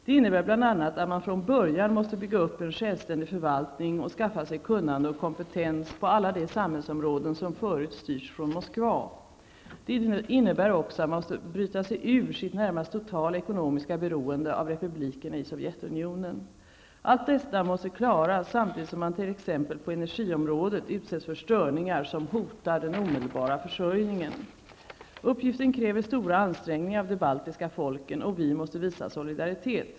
Det innebär bl.a. att man från början måste bygga upp en självständig förvaltning och skaffa sig kunnande och kompetens på alla de samhällsområden som förut styrts från Moskva. Det innebär också att man måste bryta sig ur sitt närmast totala ekonomiska beroende av republikerna i Sovjetunionen. Allt detta måste klaras, samtidigt som man på t.ex. energiområdet utsätts för störningar som hotar den omedelbara försörjningen. Uppgiften kräver stora ansträngningar av de baltiska folken. Vi måste visa solidaritet.